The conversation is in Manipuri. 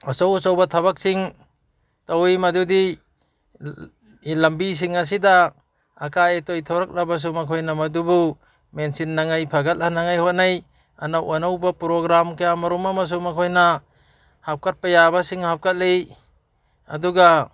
ꯑꯆꯧ ꯑꯆꯧꯕ ꯊꯕꯛꯁꯤꯡ ꯇꯧꯋꯤ ꯃꯗꯨꯗꯤ ꯂꯝꯕꯤꯁꯤꯡ ꯑꯁꯤꯗ ꯑꯀꯥꯏ ꯑꯇꯣꯏ ꯊꯣꯔꯛꯂꯕꯁꯨ ꯃꯈꯣꯏꯅ ꯃꯗꯨꯕꯨ ꯃꯦꯟꯁꯤꯟꯅꯉꯥꯏ ꯐꯒꯠꯍꯟꯅꯉꯥꯏ ꯍꯣꯠꯅꯩ ꯑꯅꯧ ꯑꯅꯧꯕ ꯄ꯭ꯔꯣꯒ꯭ꯔꯥꯝ ꯀꯌꯥꯃꯔꯣꯝ ꯑꯃꯁꯨ ꯃꯈꯣꯏꯅ ꯍꯥꯞꯀꯠꯄ ꯌꯥꯕꯁꯤꯡ ꯍꯥꯞꯀꯠꯂꯤ ꯑꯗꯨꯒ